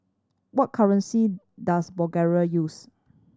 what currency does Bulgaria use